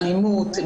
אלימות,